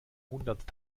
hundert